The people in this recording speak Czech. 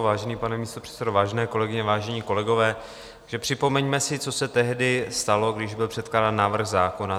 Vážený pane místopředsedo, vážené kolegyně, vážení kolegové, připomeňme si, co se tehdy stalo, když byl předkládán návrh zákona.